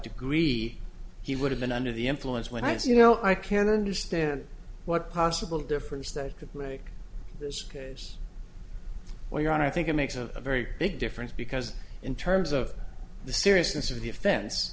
degree he would have been under the influence when i was you know i can understand what possible difference that could make this case while you're on i think it makes a very big difference because in terms of the seriousness of